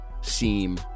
seem